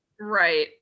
right